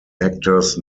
actors